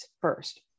first